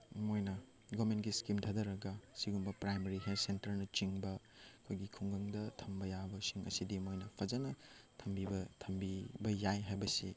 ꯃꯣꯏꯅ ꯒꯚꯔꯟꯃꯦꯟꯒꯤ ꯏꯁꯀꯤꯝ ꯊꯥꯗꯔꯒ ꯁꯤꯒꯨꯝꯕ ꯄ꯭ꯔꯥꯏꯝꯃꯔꯤ ꯍꯦꯜꯠ ꯁꯦꯟꯇꯔꯅꯆꯤꯡꯕ ꯑꯩꯈꯣꯏꯒꯤ ꯈꯨꯡꯒꯪꯗ ꯊꯝꯕ ꯌꯥꯕꯁꯤꯡ ꯑꯁꯤꯗꯤ ꯃꯣꯏꯅ ꯐꯖꯅ ꯊꯝꯕꯤꯕ ꯌꯥꯏ ꯍꯥꯏꯕꯁꯤ